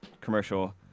commercial